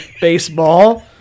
baseball